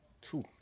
Two